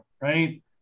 right